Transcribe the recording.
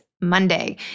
Monday